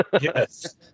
Yes